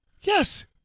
Yes